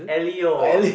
Elio